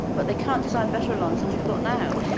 but they can't design better alarms than we've got now.